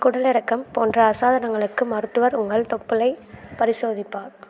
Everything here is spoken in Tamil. குடலிறக்கம் போன்ற அசாதாரணங்களுக்கு மருத்துவர் உங்கள் தொப்புளைப் பரிசோதிப்பார்